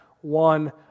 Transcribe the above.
one